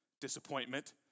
disappointment